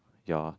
ya